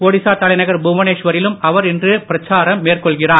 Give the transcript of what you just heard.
ஒடிசா தலைநகர் புவனேஸ்வரிலும் அவர் இன்று பிரச்சாரம் மேற்கொள்கிறார்